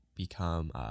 become